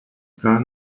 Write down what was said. gar